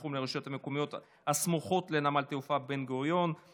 סכום לרשויות המקומיות הסמוכות לנמל התעופה בן-גוריון(,